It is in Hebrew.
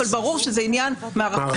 אבל ברור שזה עניין מערכתי.